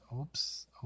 oops